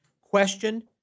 Question